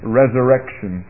resurrection